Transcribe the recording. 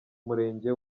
murenge